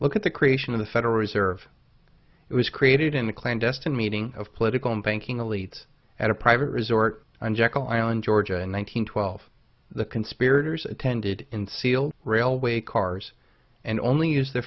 look at the creation of the federal reserve it was created in a clandestine meeting of political and banking elites at a private resort on jekyll island georgia in one hundred twelve the conspirators attended in sealed railway cars and only use the